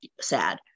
sad